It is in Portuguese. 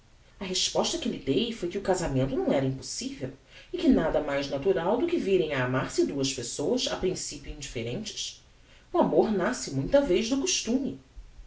a resposta que lhe dei foi que o casamento não era impossivel e que nada mais natural do que virem a amar-se duas pessoas a principio indifferentes o amor nasce muita vez do costume